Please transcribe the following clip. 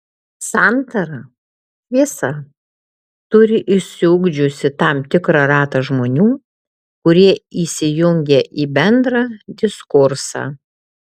santara šviesa turi išsiugdžiusi tam tikrą ratą žmonių kurie įsijungia į bendrą diskursą